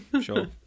sure